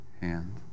hand